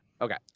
okay